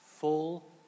Full